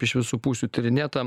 iš visų pusių tyrinėta